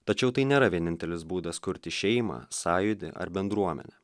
tačiau tai nėra vienintelis būdas kurti šeimą sąjūdį ar bendruomenę